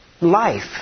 life